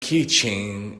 keychain